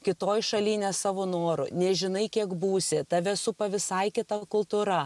kitoj šaly ne savo noru nežinai kiek būsi tave supa visai kita kultūra